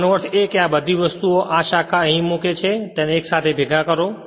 આનો અર્થ એ છે કે આ બધી વસ્તુઓ આ શાખા અહીં મૂકે છે તેને એકસાથે ભેગા કરો